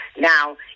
Now